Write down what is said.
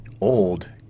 old